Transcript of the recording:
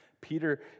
Peter